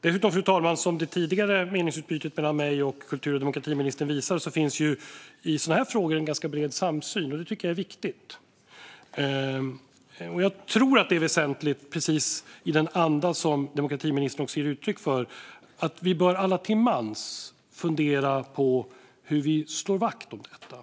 Dessutom finns det, fru talman, vilket det föregående meningsutbytet mellan kultur och demokratiministern och mig visar, i sådana här frågor en ganska bred samsyn. Det tycker jag är viktigt. Jag tror också att det är väsentligt att vi lite till mans, i den anda som demokratiministern ger uttryck för, funderar på hur vi slår vakt om detta.